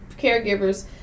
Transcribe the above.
caregivers